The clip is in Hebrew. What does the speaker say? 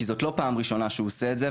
כי זאת לא פעם ראשונה שהוא עושה את זה,